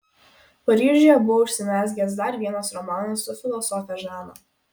paryžiuje buvo užsimezgęs dar vienas romanas su filosofe žana